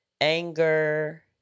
anger